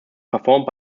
performed